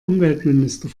umweltminister